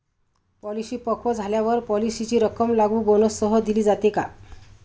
Policy पक्व झाल्यावर पॉलिसीची रक्कम लागू बोनससह दिली जाते का?